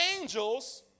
angels